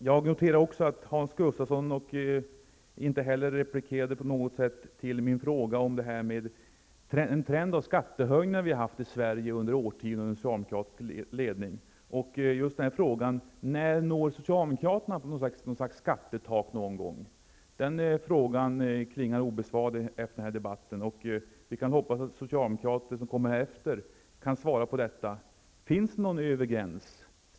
Jag noterade också att Hans Gustafsson inte replikerade min fråga om trenden att höja skatter under socialdemokratisk ledning de senaste årtionden. Frågan om när socialdemokraterna anser att skattetaket är nått klingar obesvarad efter den här debatten. Vi kan hoppas att andra socialdemokrater, som tar till orda senare i debatten kan svara på den frågan. Finns det någon övre gräns för skatteuttaget?